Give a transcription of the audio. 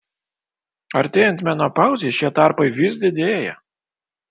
artėjant menopauzei šie tarpai vis didėja